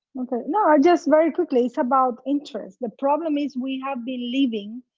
okay, no just very quickly. it's about interest. the problem is we have been living,